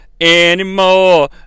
anymore